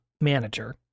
manager